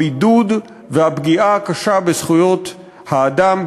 הבידוד והפגיעה הקשה בזכויות האדם,